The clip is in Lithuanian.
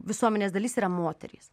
visuomenės dalis yra moterys